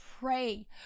pray